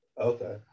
okay